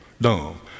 dumb